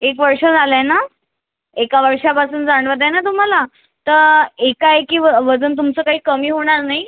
एक वर्ष झालंय ना एका वर्षापासून जाणवत आहे ना तुम्हाला तर एकाएकी व वजन तुमचं काही कमी होणार नाही